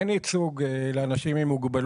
אין ייצוג לאנשים עם מוגבלות,